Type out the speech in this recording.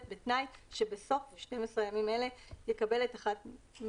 בתנאי שבסוף 12 ימים אלה יקבל את אחד מאלה: